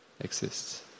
exists